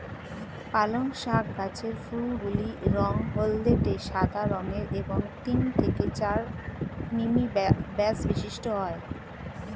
পালং শাক গাছের ফুলগুলি রঙ হলদেটে সাদা রঙের এবং তিন থেকে চার মিমি ব্যাস বিশিষ্ট হয়